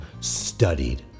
studied